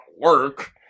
work